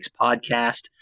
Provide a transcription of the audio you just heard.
Podcast